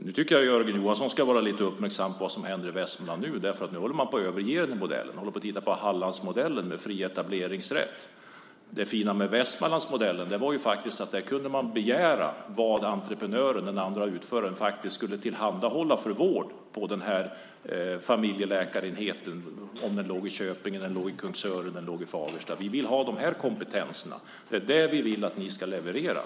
Jag tycker att Jörgen Johansson ska vara lite uppmärksam på vad som händer i Västmanland nu. Man håller på att överge den modellen och tittar på Hallandsmodellen med fri etableringsrätt. Det fina med Västmanlandsmodellen var att man där kunde begära vad entreprenörerna eller andra utförare skulle tillhandahålla för vård på familjeläkarenheten i Köping, i Kungsör eller i Fagersta. Man kunde säga: Vi vill ha de här kompetenserna. Det är det vi vill att ni ska leverera.